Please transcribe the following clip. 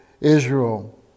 Israel